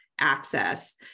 access